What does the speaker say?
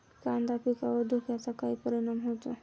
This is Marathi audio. कांदा पिकावर धुक्याचा काय परिणाम होतो?